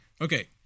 okay